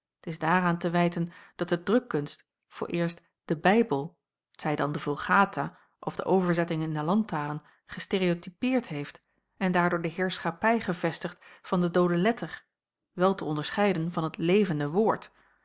is daaraan te wijten dat de drukkunst vooreerst den bijbel t zij dan de vulgata of de overzettingen in de landtalen gestereotypeerd heeft en daardoor de heerschappij gevestigd van de doode letter wel te onderscheiden van het levende woord